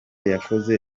yakoze